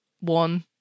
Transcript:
One